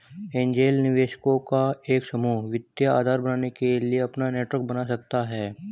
angel निवेशकों का एक समूह वित्तीय आधार बनने के लिए अपना नेटवर्क बना सकता हैं